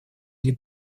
или